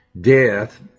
death